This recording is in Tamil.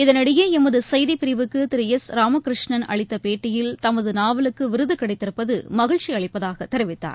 இதனிடையே எமது செய்திப்பிரிவுக்கு திரு எஸ் ராமகிருஷ்ணன் அளித்த பேட்டியில் தமது நாவலுக்கு விருது கிடைத்திருப்பது மகிழ்ச்சி அளிப்பதாக தெரிவித்தார்